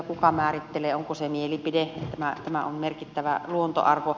kuka määrittelee onko se mielipide että tämä on merkittävä luontoarvo